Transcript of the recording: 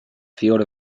field